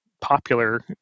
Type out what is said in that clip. popular